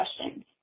questions